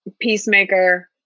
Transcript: Peacemaker